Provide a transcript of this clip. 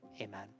Amen